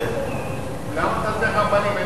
למה אתה צריך רבנים?